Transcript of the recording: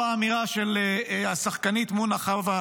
או האמירה של השחקנית מונא חוא: